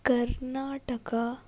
Karnataka